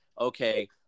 okay